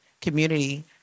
community